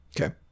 Okay